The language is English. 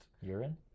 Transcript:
Urine